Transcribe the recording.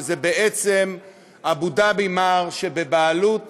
שזה בעצם "אבו דאבי מאר" שבבעלות